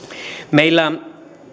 meillä